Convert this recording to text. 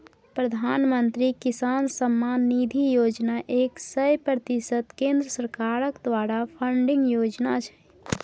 प्रधानमंत्री किसान सम्मान निधि योजना एक सय प्रतिशत केंद्र सरकार द्वारा फंडिंग योजना छै